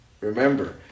remember